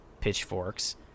pitchforks